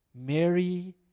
Mary